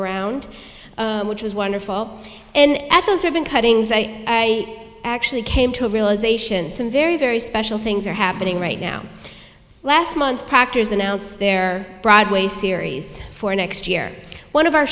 around which was wonderful and those have been cuttings i actually came to a realisation some very very special things are happening right now last month proctors announced their broadway series for next year one of our